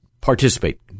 participate